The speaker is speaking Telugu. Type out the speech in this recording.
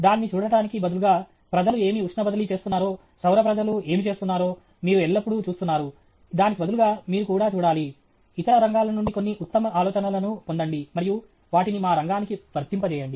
దాన్ని చూడటానికి బదులుగా ప్రజలు ఏమి ఉష్ణ బదిలీ చేస్తున్నారో సౌర ప్రజలు ఏమి చేస్తున్నారో మీరు ఎల్లప్పుడూ చూస్తున్నారు దానికి బదులుగా మీరు కూడా చూడాలి ఇతర రంగాల నుండి కొన్ని ఉత్తమ ఆలోచనలను పొందండి మరియు వాటిని మా రంగానికి వర్తింపజేయండి